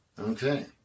Okay